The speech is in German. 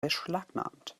beschlagnahmt